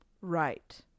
Right